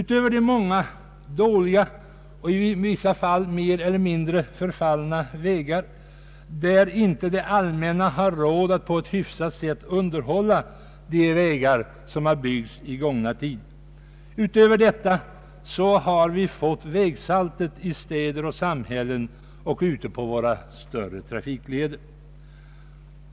Utöver de många dåliga och i vissa fall mer eller mindre förfallna vägar som byggts under gångna tider och som det allmänna inte har råd att un Anslagen till vägväsendet derhålla på ett hyfsat sätt har vi fått vägsaltet i städer och samhällen och ute på våra större trafikleder.